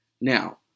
Now